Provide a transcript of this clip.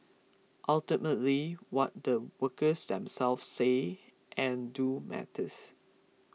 ultimately what the workers themselves say and do matters